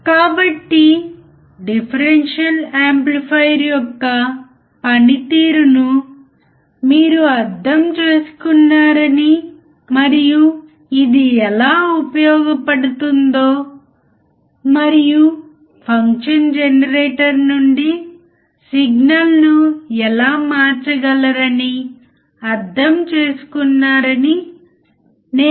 కాబట్టి voltage follower అంటే ఈ సర్క్యూట్ ఇన్పుట్ గురించి వోల్టేజ్ను అనుసరించడానికి ఉపయోగించవచ్చు సరియైనది